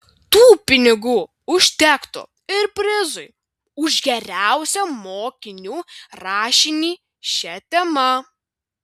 tų pinigų užtektų ir prizui už geriausią mokinių rašinį šia tema